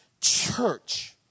church